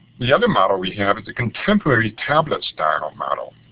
the other model we have is the contemporary tablet style model,